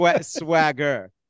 Swagger